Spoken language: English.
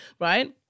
right